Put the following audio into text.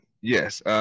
Yes